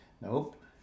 Nope